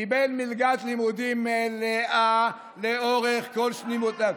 קיבל מלגת לימודים מלאה לאורך כל שנות הלימוד.